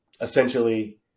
Essentially